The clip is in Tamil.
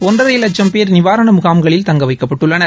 ஒன்றரை லட்சம் பேர் நிவாரண முகாம்களில் தங்க வைக்கப்பட்டுள்ளனர்